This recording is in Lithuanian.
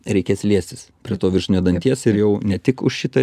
reikės liestis prie to viršutinio danties ir jau ne tik už šitą